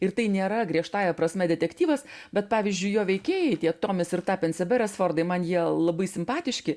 ir tai nėra griežtąja prasme detektyvas bet pavyzdžiui jo veikėjai tiek tomis ir tapenseberas vardai man jie labai simpatiški